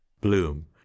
Bloom